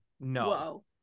No